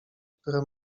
które